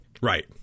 Right